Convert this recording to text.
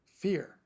fear